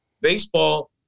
Baseball